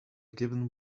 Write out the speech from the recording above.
given